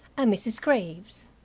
a mrs. graves.